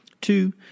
Two